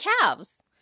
calves